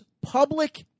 public